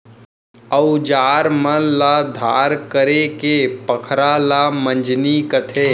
अउजार मन ल धार करेके पखरा ल मंजनी कथें